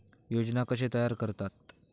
योजना कशे तयार करतात?